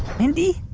mindy?